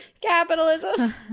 Capitalism